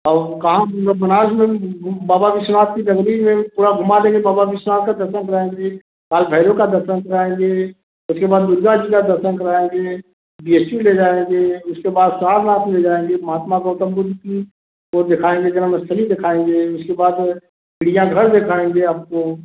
और कहाँ मतलब बनारस में बाबा विश्वनाथ की जगदी में पूरा घुमा देंगे बाबा विश्वनाथ का दर्शन कराएँगे काल भैरब का दर्शन कराएँगे उसके बाद दुर्गा जी दर्शन कराएँगे ले जाएँगे उसके बाद सारनाथ ले जाएँगे महात्मा गौतम बुद्ध की वह दिखाएँगे जनम स्थाली दिखाएँगे उसके बाद चिड़ियाघर दिखाएँगे आपको